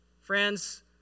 Friends